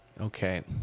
Okay